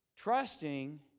Trusting